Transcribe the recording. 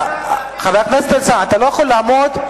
אתה לא יכול לעמוד,